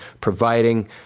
providing